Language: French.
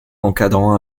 encadrant